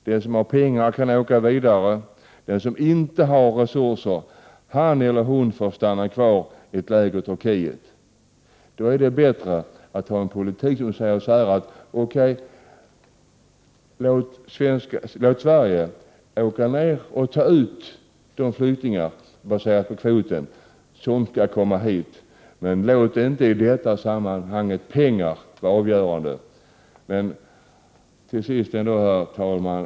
Den som har pengar kan åka vidare. Men han eller hon som inte har resurser får stanna kvar i ett läger i Turkiet. Då är det bättre att föra en politik som säger att representanter för Sverige åker ner och tar ut flyktingar i kvoten som kan få komma hit. Men låt inte i detta sammanhang pengar vara avgörande. Herr talman!